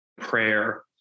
prayer